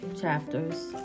chapters